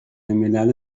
ملل